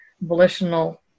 volitional